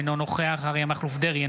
אינו נוכח אריה מכלוף דרעי,